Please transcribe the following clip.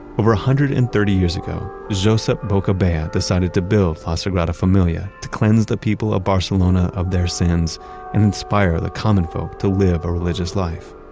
over one hundred and thirty years ago, josep boccabella decided to build la sagrada familia to cleanse the people of barcelona of their sins and inspire the common folk to live a religious life.